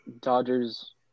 Dodgers